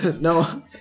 No